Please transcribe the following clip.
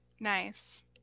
Nice